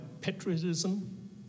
patriotism